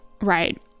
right